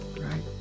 right